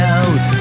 out